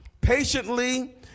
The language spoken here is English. Patiently